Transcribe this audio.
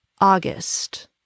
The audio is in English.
August